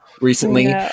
recently